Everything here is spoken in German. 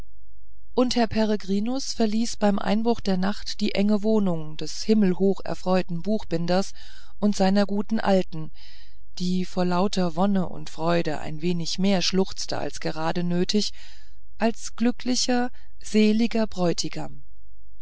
und herr peregrinus verließ beim einbruch der nacht die enge wohnung des himmelhoch erfreuten buchbinders und seiner guten alten die vor lauter wonne und freude ein wenig mehr schluchzten als gerade nötig als glücklicher seliger bräutigam